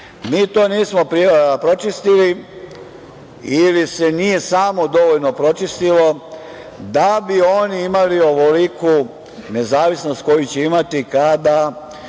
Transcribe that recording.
Mi to nismo pročistili ili se nije samo dovoljno pročistilo da bi oni imali ovoliku nezavisnost koju će imati kada